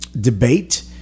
debate